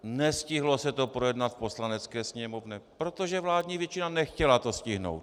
Nestihlo se to projednat v Poslanecké sněmovně, protože vládní většina nechtěla to stihnout.